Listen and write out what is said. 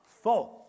Four